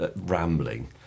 rambling